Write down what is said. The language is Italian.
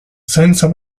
senza